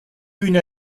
une